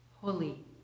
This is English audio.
holy